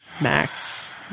Max